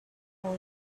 who